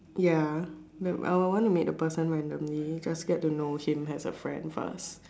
ya no I would want to meet the person randomly just get to know him as a friend first